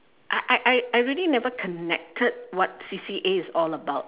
I I I I really never connected what C_C_A is all about